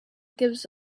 gives